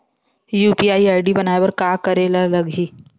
UPI ID बनाये बर का करे ल लगही?